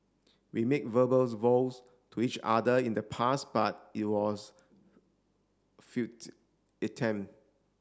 we made verbals to each other in the past but it was attempt